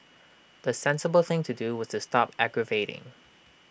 the sensible thing to do was to stop aggravating